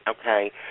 okay